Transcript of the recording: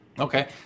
Okay